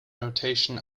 notion